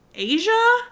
Asia